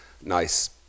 nice